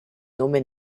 nome